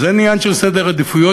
וזה עניין של סדר עדיפויות,